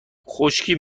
خشکی